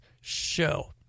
show